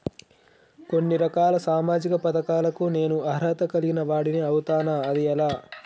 కొన్ని రకాల సామాజిక పథకాలకు నేను అర్హత కలిగిన వాడిని అవుతానా? అది ఎలా?